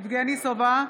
יבגני סובה,